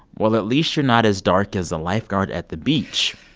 well, at least you're not as dark as the lifeguard at the beach.